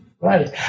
Right